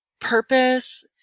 purpose